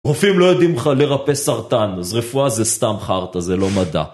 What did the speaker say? רופאים לא יודעים לך לרפא סרטן, אז רפואה זה סתם חרטע, זה לא מדע